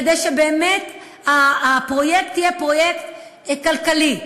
כדי שבאמת הפרויקט יהיה פרויקט כלכלי.